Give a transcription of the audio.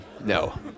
No